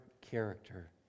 character